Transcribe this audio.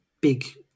big